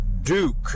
Duke